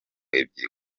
ebyiri